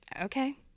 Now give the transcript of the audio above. Okay